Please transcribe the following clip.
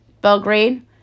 Belgrade